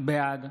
בעד